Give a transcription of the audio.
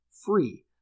free